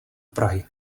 prahy